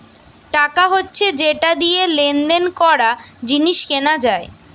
টাকা হচ্ছে যেটা দিয়ে লেনদেন করা, জিনিস কেনা যায়